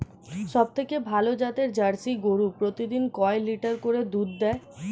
সবথেকে ভালো জাতের জার্সি গরু প্রতিদিন কয় লিটার করে দুধ দেয়?